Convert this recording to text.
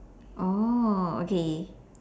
orh okay